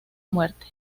muerte